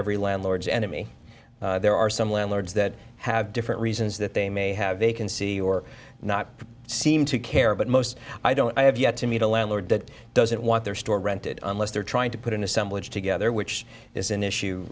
every landlords enemy there are some landlords that have different reasons that they may have vacancy or not seem to care but most i don't i have yet to meet a landlord that doesn't want their store rented unless they're trying to put an assemblage together which is an issue